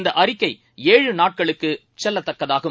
இந்தஅறிக்கை ஏழு நாட்களுக்குகெல்லதக்கதாகும்